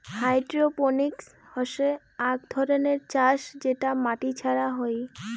hydroponics হসে আক ধরণের চাষ যেটা মাটি ছাড়া হই